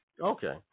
Okay